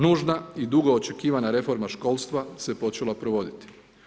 Nužna i dugo očekivana reforma školstva se počela provoditi.